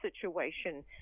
situation